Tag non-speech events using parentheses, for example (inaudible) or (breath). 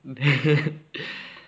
(laughs) (breath)